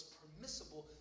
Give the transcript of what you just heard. permissible